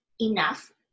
enough